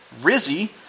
Rizzy